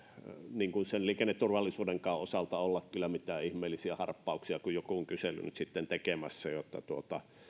sen liikenneturvallisuudenkaan osalta olla kyllä mitään ihmeellisiä harppauksia nyt sitten tekemässä kun joku